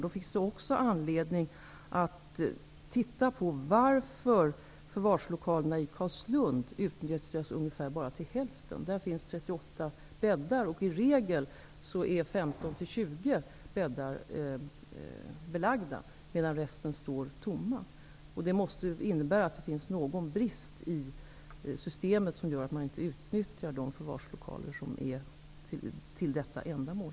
Då finns det också anledning att titta på varför förvarslokalerna i Carlslund utnyttjas bara till hälften. Där finns 38 bäddar. I regel är 15--20 bäddar belagda medan resten står tomma. Det måste innebära att det finns någon brist i systemet som gör att man inte utnyttjar de förvarslokaler som finns för detta ändamål.